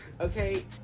Okay